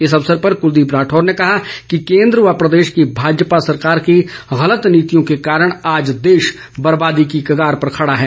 इस अवसर पर कुलदीप राठौर ने कहा कि केंद्र व प्रदेश की भाजपा सरकार की गलत नीतियों के कारण आज देश बर्बादी की कगार पर खडा है